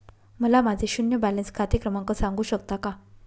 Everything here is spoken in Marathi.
मला माझे शून्य बॅलन्स खाते क्रमांक सांगू शकता का?